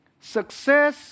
Success